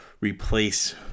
replace